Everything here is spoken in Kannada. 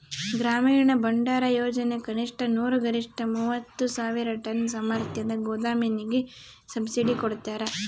ಗ್ರಾಮೀಣ ಭಂಡಾರಯೋಜನೆ ಕನಿಷ್ಠ ನೂರು ಗರಿಷ್ಠ ಮೂವತ್ತು ಸಾವಿರ ಟನ್ ಸಾಮರ್ಥ್ಯದ ಗೋದಾಮಿಗೆ ಸಬ್ಸಿಡಿ ಕೊಡ್ತಾರ